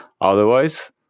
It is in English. Otherwise